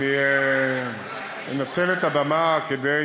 אני אנצל את הבמה כדי,